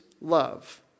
love